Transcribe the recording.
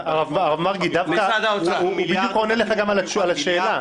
הרב מרגי, הוא בדיוק דווקא עונה לך גם על השאלה.